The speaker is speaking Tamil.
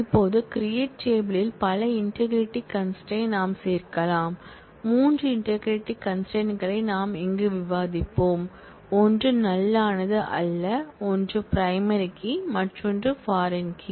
இப்போது கிரியேட் டேபிளில் பல இன்டெக்ரிட்டி கன்ஸ்ட்ரெயின்ட் களை நாம் சேர்க்கலாம் 3 இன்டெக்ரிட்டி கன்ஸ்ட்ரெயின்ட் களை நாம் இங்கு விவாதிப்போம் ஒன்று நல் மானது அல்ல ஒன்று பிரைமரி கீ மற்றொன்று பாரின் கீ